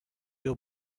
your